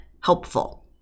helpful